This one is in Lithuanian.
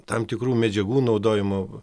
tam tikrų medžiagų naudojimo